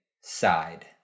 side